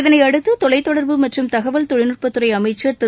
இதனையடுத்து தொலைத்தொடா்பு மற்றும் தகவல் தொழில்நுட்பத்துறை அமைச்சர் திரு